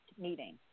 meeting